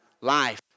Life